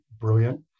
brilliant